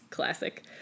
classic